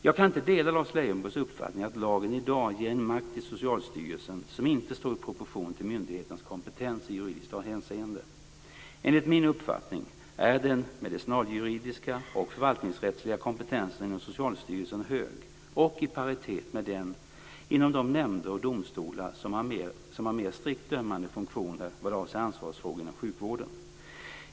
Jag kan inte dela Lars Leijonborgs uppfattning att lagen i dag ger en makt till Socialstyrelsen som inte står i proportion till myndighetens kompetens i juridiskt hänseende. Enligt min uppfattning är den medicinaljuridiska och förvaltningsrättsliga kompetensen inom Socialstyrelsen hög och i paritet med den inom de nämnder och domstolar som har mer strikt dömande funktioner vad avser ansvarsfrågor inom sjukvården.